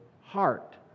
heart